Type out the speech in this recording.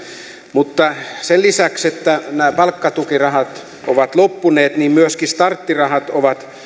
mutta sen lisäksi että nämä palkkatukirahat ovat loppuneet myöskin starttirahat ovat